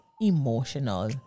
emotional